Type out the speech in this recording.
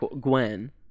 Gwen